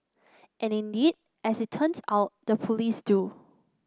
and indeed as it turns out the police do